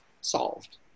solved